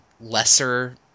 lesser